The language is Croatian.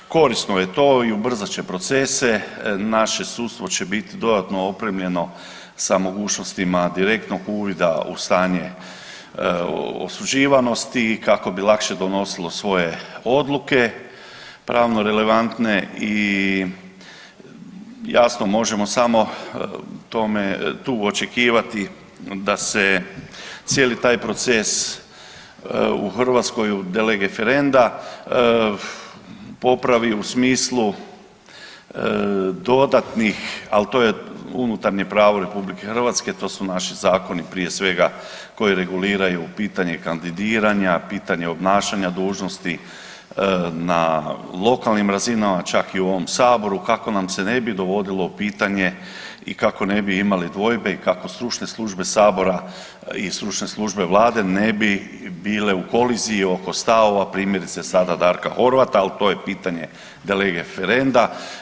Korisno je to i ubrzat će procese, naše sudstvo će bit dodatno opremljeno sa mogućnostima direktnog uvida u stanje osuđivanosti kako bi lakše donosilo svoje odluke pravno relevantne i jasno možemo samo tu očekivati da se cijeli taj proces u Hrvatskoj u de lege ferenda popravi u smislu dodatnih, ali to je unutarnje pravo RH, to su naši zakoni prije svega koji reguliraju pitanje kandidiranja, pitanje obnašanja dužnosti na lokalnim razinama, čak i u ovom saboru kako nam se ne bi dogodilo pitanje i kako ne bi imali dvojbe i kako stručne službe sabora i stručne službe Vlade ne bi bile u koliziji oko stavova, primjerice sada Darka Horvata, ali to je pitanje de lege ferenda.